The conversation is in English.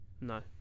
No